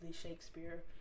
Shakespeare